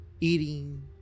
eating